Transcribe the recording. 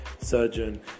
surgeon